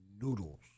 noodles